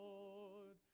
Lord